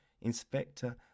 inspector